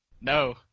No